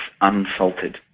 unsalted